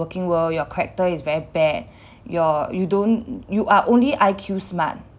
working world your character is very bad your you don't you are only I_Q smart